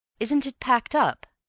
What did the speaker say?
isn't it packed up?